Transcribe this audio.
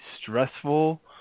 stressful